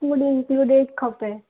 included खपे